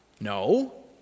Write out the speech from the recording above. No